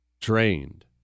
trained